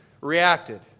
reacted